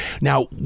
Now